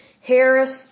Harris